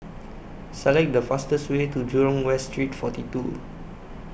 Select The fastest Way to Jurong West Street forty two